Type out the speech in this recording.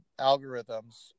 algorithms